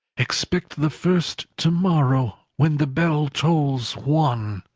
expect the first to-morrow, when the bell tolls one.